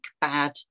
bad